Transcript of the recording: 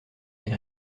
les